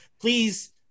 please